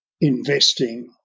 investing